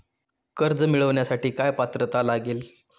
कर्ज मिळवण्यासाठी काय पात्रता लागेल?